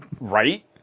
right